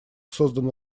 создан